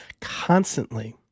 constantly